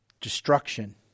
destruction